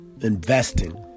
investing